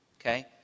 Okay